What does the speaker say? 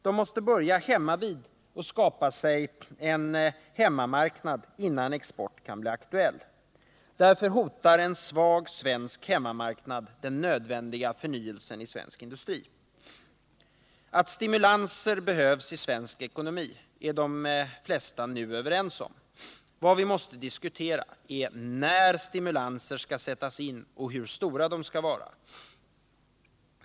Man måste börja hemmavid och skapa sig en hemmamarknad, innan export kan bli aktuell. Därför hotar en svag svensk hemmamarknad den nödvändiga förnyelsen av svensk industri. Att stimulanser behövs i svensk ekonomi är de flesta nu överens om. Vad vi måste diskutera är när stimulanserna skall sättas in och hur stora de skall vara.